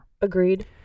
Agreed